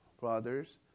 brothers